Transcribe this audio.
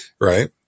right